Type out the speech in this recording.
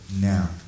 now